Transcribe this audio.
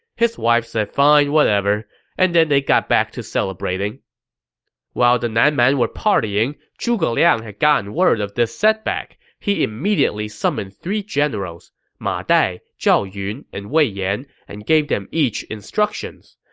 his wife said fine, and then they got back to celebrating while the nan man were partying, zhuge liang had gotten word of this setback. he immediately summoned three generals ma dai, zhao yun, and wei yan and gave them each instructions.